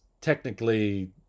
technically